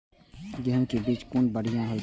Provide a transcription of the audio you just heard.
गैहू कै बीज कुन बढ़िया होय छै?